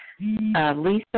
Lisa